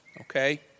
okay